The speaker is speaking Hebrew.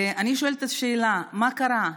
אני שואלת שאלה: מה קרה?